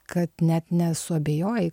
kad net nesuabejoji